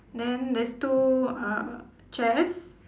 then there's two uh chairs